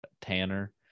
Tanner